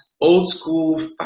old-school